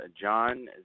John